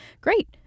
Great